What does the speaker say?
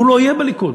הוא לא יהיה בליכוד.